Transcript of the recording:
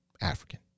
African